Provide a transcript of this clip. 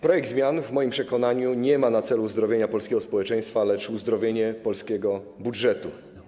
Projekt zmian w moim przekonaniu nie ma na celu uzdrowienia polskiego społeczeństwa, lecz uzdrowienie polskiego budżetu.